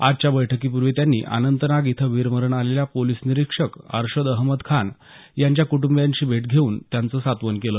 आजच्या बैठकी पूर्वी त्यांनी अनंतनाग इथं वीरमरण आलेल्या पोलिस निरिक्षक अर्शद अहमद खान यांच्या कुटूंबियांची भेट घेऊन त्यांचं सांत्वन केलं